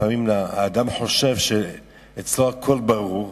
לפעמים האדם חושב שאצלו הכול ברור,